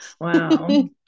wow